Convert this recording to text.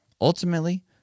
Ultimately